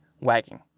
wagging